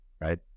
right